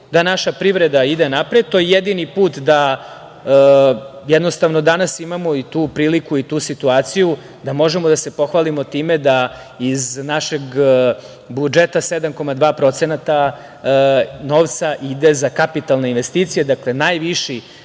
da naša privreda ide napred, to je jedini put, jednostavno, danas imamo i tu priliku i tu situaciju da možemo da se pohvalimo time da iz našeg budžeta 7,2% novca ide za kapitalne investicije, dakle, najviši